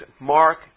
Mark